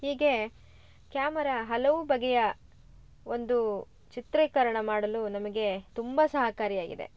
ಹೀಗೆ ಕ್ಯಾಮರ ಹಲವು ಬಗೆಯ ಒಂದು ಚಿತ್ರೀಕರಣ ಮಾಡಲು ನಮಗೆ ತುಂಬ ಸಹಕಾರಿಯಾಗಿದೆ